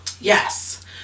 Yes